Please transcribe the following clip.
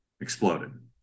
exploded